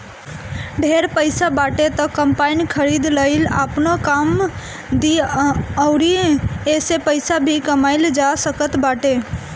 ढेर पईसा बाटे त कम्पाईन खरीद लअ इ आपनो काम दी अउरी एसे पईसा भी कमाइल जा सकत बाटे